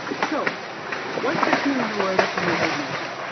so what's happening in the world of renewable energy?